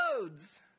loads